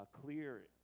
clear